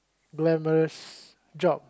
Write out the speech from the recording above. glamorous job